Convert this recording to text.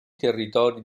territori